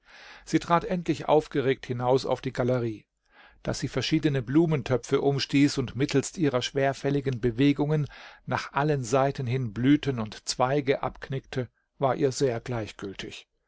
sie trat endlich aufgeregt hinaus auf die galerie daß sie verschiedene blumentöpfe umstieß und mittelst ihrer schwerfälligen bewegungen nach allen seiten hin blüten und zweige abknickte war ihr sehr gleichgültig